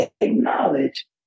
acknowledge